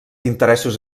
interessos